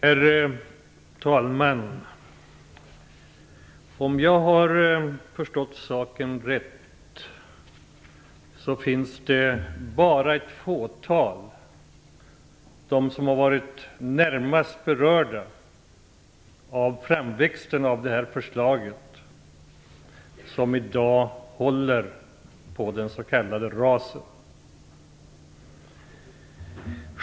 Herr talman! Om jag har förstått saken rätt finns det bara ett fåtal - de som har varit närmast berörda av framväxten av det här förslaget - som i dag håller på det s.k. RAS:et.